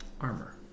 armor